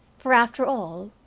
for, after all,